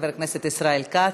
חבר הכנסת ישראל כץ.